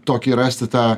tokį rasti tą